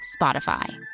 Spotify